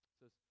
says